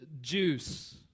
juice